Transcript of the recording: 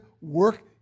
work